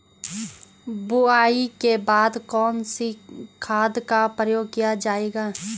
बुआई के बाद कौन से खाद का प्रयोग किया जायेगा?